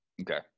Okay